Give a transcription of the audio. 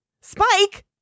Spike